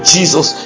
Jesus